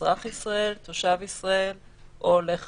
אזרח ישראל, תושב ישראל או עולה חדש.